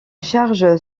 charge